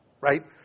Right